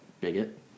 Bigot